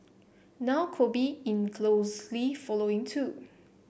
now Kobe in closely following too